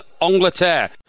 Angleterre